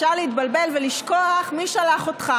אפשר להתבלבל ולשכוח מי שלח אותך